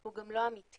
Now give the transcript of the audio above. הוא גם לא אמיתי,